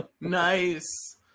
Nice